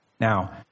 Now